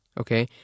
okay